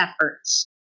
efforts